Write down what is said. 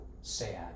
sad